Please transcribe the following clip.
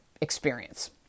experience